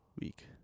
week